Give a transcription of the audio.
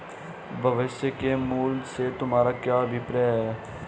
भविष्य के मूल्य से तुम्हारा क्या अभिप्राय है?